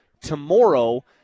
tomorrow